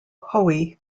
hoey